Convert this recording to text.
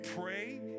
pray